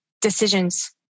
decisions